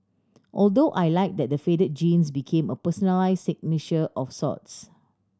although I liked that the faded jeans became a personalise signature of sorts